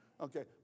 Okay